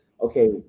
okay